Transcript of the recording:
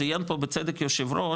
ציין פה בצדק היו"ר,